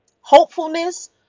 hopefulness